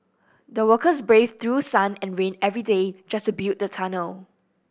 the workers braved through sun and rain every day just to build the tunnel